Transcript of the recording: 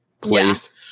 place